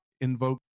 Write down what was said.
invoke